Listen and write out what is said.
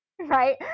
right